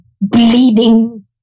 bleeding